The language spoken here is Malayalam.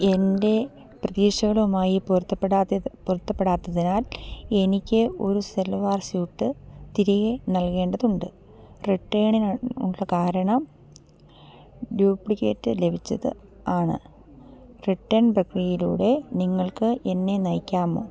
എൻ്റെ പ്രതീക്ഷകളുമായി പൊരുത്തപ്പെടാത്തതി പൊരുത്തപ്പെടാത്തതിനാൽ എനിക്ക് ഒരു സൽവാർ സ്യൂട്ട് തിരികെ നൽകേണ്ടതുണ്ട് റിട്ടേണിനുള്ള കാരണം ഡ്യൂപ്ലിക്കേറ്റ് ലഭിച്ചത് ആണ് റിട്ടേൺ പ്രക്രിയയിലൂടെ നിങ്ങൾക്ക് എന്നെ നയിക്കാമോ